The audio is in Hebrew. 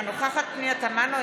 אינה נוכחת פנינה תמנו,